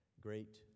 great